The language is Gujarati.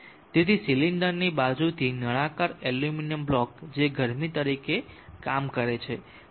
તેથી સિલિન્ડરની બાજુથી નળાકાર એલ્યુમિનિયમ બ્લોક જે ગરમી તરીકે કામ કરે છે 17